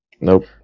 Nope